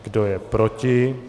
Kdo je proti?